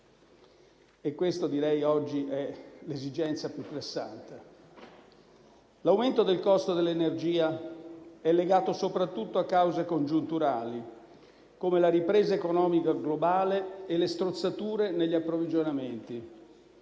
questa è l'esigenza più pressante. L'aumento del costo dell'energia è legato soprattutto a cause congiunturali, come la ripresa economica globale e le strozzature negli approvvigionamenti.